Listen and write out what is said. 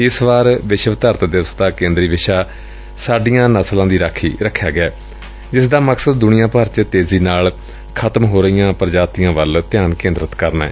ਇਸ ਵਾਰ ਵਿਸ਼ਵ ਧਰਤ ਦਿਵਸ ਦਾ ਕੇ ਦਰੀ ਵਿਸ਼ਾ ਸਾਡੀਆਂ ਨਸਲਾਂ ਦੀ ਰਾਖੀ ਰਖਿਆ ਗੈ ਜਿਸ ਦਾ ਮਕਸਦ ਦੁਨੀਆਂ ਭਰ ਚ ਤੇਜ਼ੀ ਨਾਲ ਖਤਮ ਹੋ ਰਹੀਆਂ ਪ੍ਰਜਾਤੀਆਂ ਵੱਲ ਧਿਆਨ ਕੇਦਰਿਤ ਕਰਨਾ ਏ